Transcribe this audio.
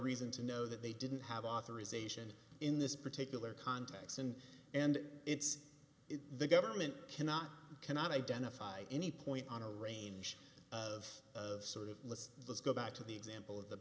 reason to know that they didn't have authorization in this particular context and and it's the government cannot cannot identify any point on a range of sort of list let's go back to the example of the